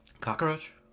cockroach